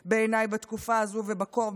ל-1,000 בעיניי בתקופה הזו ובקור,